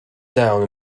down